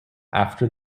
after